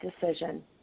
decision